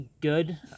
good